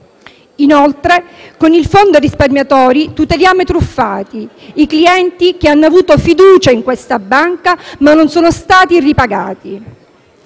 Inoltre, con il fondo risparmiatori tuteliamo i truffati, i clienti che hanno avuto fiducia in questa banca ma non sono stati ripagati.